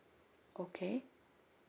okay